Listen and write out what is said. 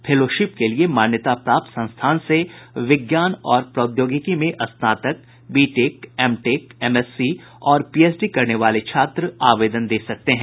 fellowship के लिये मान्यता प्राप्त संस्थान से विज्ञान और प्रौद्योगिकी में स्नातक बीटेक एमटेक एमएससी और पीएचडी करने वाले छात्र आवेदन दे सकते हैं